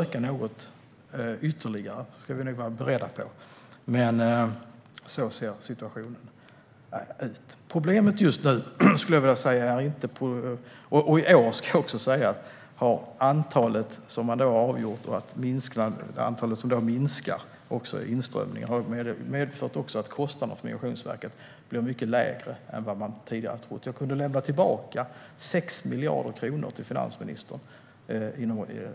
Vi ska nog vara beredda på att den kommer att öka något ytterligare. Så ser situationen ut. I år har den minskade inströmningen av asylsökande medfört att kostnaderna för Migrationsverket har blivit mycket lägre än vad man tidigare har trott. Jag kunde lämna tillbaka 6 miljarder kronor till finansministern